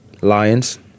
Lions